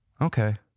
okay